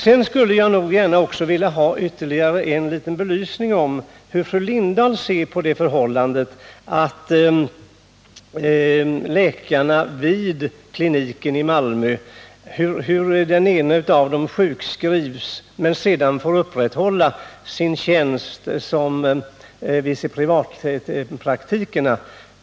Jag skulle också vilja ha en liten upplysning om hur fru Lindahl ser på förhållandet att den ene av läkarna vid Malmökliniken sjukskrev sig men ändå fick upprätthålla sin tjänstgöring vid privatkliniken.